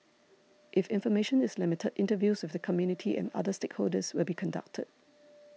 if information is limited interviews with the community and other stakeholders will be conducted